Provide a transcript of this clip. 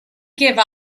give